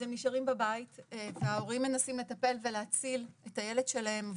אז הם נשארים בבית וההורים מנסים לטפל ולהציל את הילד שלהם,